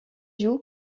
joue